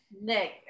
Nick